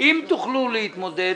אם תוכלו להתמודד,